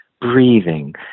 breathing